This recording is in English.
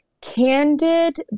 candid